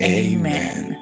amen